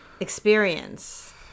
experience